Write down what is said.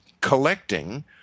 collecting